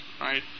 right